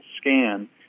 scan